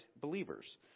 believers